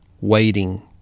waiting